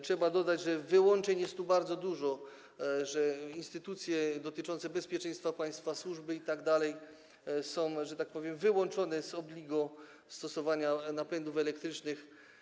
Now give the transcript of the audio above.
Trzeba dodać, że wyłączeń jest tu bardzo dużo, że instytucje dotyczące bezpieczeństwa państwa, służby itd. są, że tak powiem, wyłączone z obligo stosowania napędów elektrycznych.